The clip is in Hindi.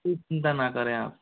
जी चिन्ता ना करें आप